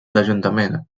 l’ajuntament